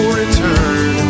return